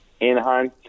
Anaheim